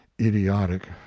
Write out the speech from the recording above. idiotic